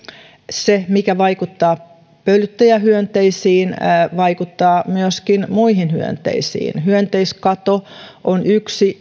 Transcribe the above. se mikä vaikuttaa pölyttäjähyönteisiin vaikuttaa myöskin muihin hyönteisiin hyönteiskato on yksi